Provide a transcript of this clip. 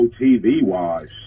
TV-wise